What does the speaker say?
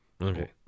Okay